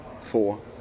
four